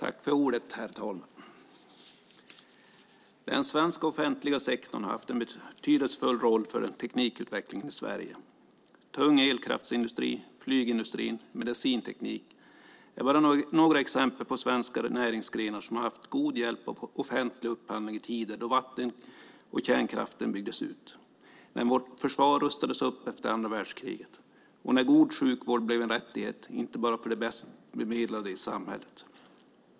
Herr talman! Den svenska offentliga sektorn har haft en betydelsefull roll för teknikutvecklingen i Sverige. Tung elkraftsindustri, flygindustri och medicinteknik är bara några exempel på svenska näringsgrenar som har haft god hjälp av offentlig upphandling i tider då vatten och kärnkraft byggdes ut, när vårt försvar rustades upp efter andra världskriget och när god sjukvård blev en rättighet inte bara för de bäst bemedlade i samhället.